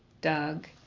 Doug